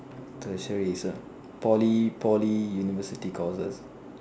Tertiary is what Poly Poly university courses